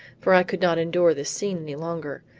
for i could not endure this scene any longer.